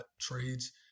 trades